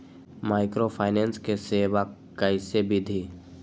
Microfinance के सेवा कइसे विधि?